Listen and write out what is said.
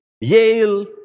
Yale